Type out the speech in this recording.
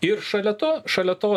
ir šalia to šalia to